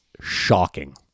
shocking